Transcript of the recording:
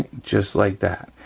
and just like that.